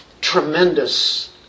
tremendous